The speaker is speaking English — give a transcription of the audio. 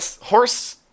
Horse